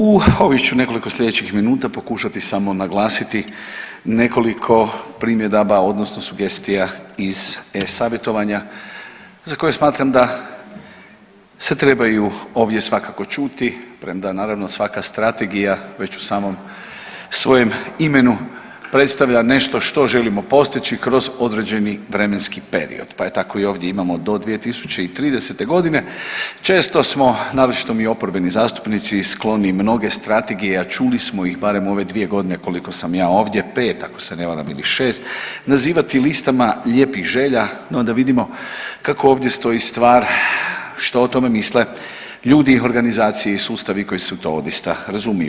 U ovih ću nekoliko sljedećih minuta pokušati samo naglasiti nekoliko primjedaba, odnosno sugestija iz e-savjetovanja za koje smatram da se trebaju ovdje svakako čuti premda naravno svaka strategija već u samom svojem imenu predstavlja nešto što želimo postići kroz određeni vremenski period pa tako i ovdje imamo do 2030. godine često smo, naročito mi oporbeni zastupnici skloni mnoge strategije, a čuli smo ih barem u ove dvije godine koliko sam ja ovdje pet ako se ne varam ili šest nazivati listama lijepih želja, no da vidimo kako ovdje stoji stvar, što o tome misle ljudi, organizacije i sustavi koji se u to odista razumiju.